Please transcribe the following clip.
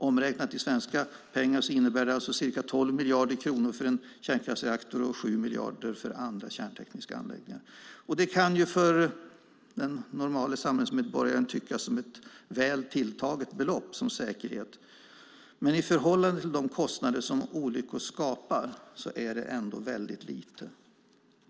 Omräknat i svenska pengar innebär det ca 12 miljarder kronor för en kärnkraftsreaktor och 7 miljarder för andra kärntekniska anläggningar. Det kan för den normala samhällsmedborgaren tyckas som ett väl tilltaget belopp som säkerhet, men i förhållande till de kostnader som olyckor skapar är det ändå väldigt lite.